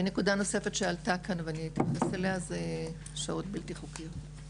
נקודה נוספת שעלתה כאן ואתייחס אליה היא שוהות בלתי-חוקיות.